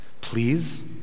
Please